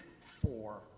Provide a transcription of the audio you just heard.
four